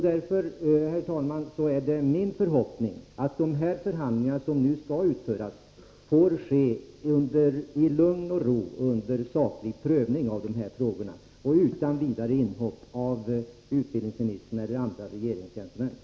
Därför, herr talman, är det min förhoppning att de förhandlingar som nu skall komma till stånd får ske i lugn och ro, under saklig prövning av frågorna och utan vidare inhopp av utbildningsministern eller andra regeringsledamöter.